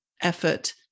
effort